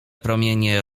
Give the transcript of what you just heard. promienie